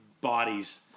bodies